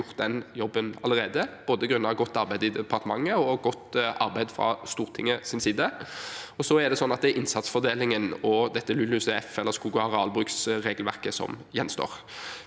gjort den jobben allerede, både grunnet godt arbeid i departementet og godt arbeid fra Stortingets side. Så er det innsatsfordelingen og LULUCF- eller skog- og arealbruksregelverket som gjenstår.